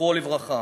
זכרו לברכה.